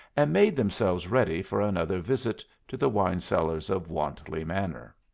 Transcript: and made themselves ready for another visit to the wine-cellars of wantley manor.